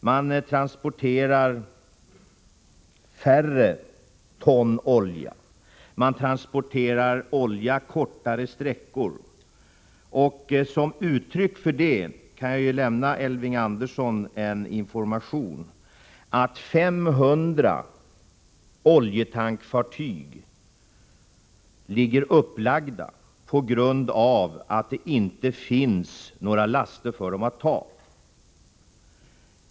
Man transporterar nu färre ton olja, man transporterar den kortare sträckor. Jag kan informera Elving Andersson om att ett uttryck för att förhållandena har ändrats är att 500 oljetankfartyg är upplagda på grund av att det inte finns några laster för dem.